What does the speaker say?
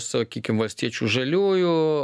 sakykim valstiečių žaliųjų